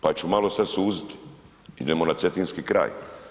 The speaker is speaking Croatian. Pa ću malo sad suziti, idemo na Cetinski kraj.